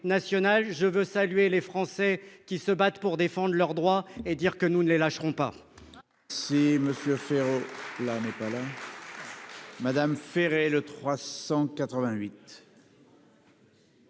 Je veux saluer les Français qui se battent pour défendre leurs droits, et dire que nous ne les lâcherons pas